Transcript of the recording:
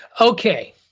Okay